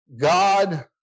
God